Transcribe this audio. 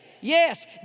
Yes